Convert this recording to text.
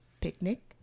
picnic